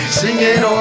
singing